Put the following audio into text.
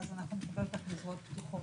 ואז נקבל אותך בזרועות פתוחות.